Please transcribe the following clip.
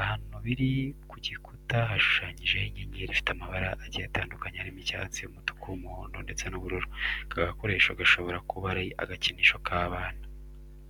Ahantu biri ku gikuta hashushanyijeho inyenyeri ifite amabara agiye atandukanye harimo icyatsi, umutuku, umuhondo ndetse n'ubururu. Aka gakoresho gashobora kuba ari agakinisho k'abana.